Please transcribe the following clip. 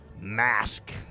Mask